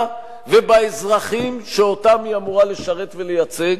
ובאזרחים שאותם היא אמורה לשרת ולייצג.